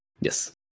Yes